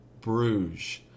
Bruges